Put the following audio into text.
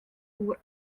oer